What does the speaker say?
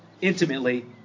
intimately